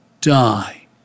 die